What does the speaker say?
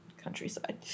Countryside